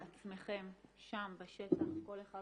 בעצמכם שם בשטח, כל אחד